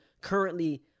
currently